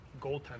goaltender